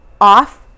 off